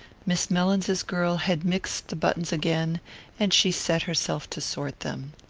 miss mellins's girl had mixed the buttons again and she set herself to sort them.